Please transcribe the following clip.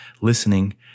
listening